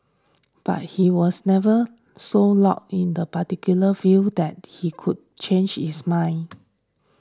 but he was never so locked in the particular view that he could change his mind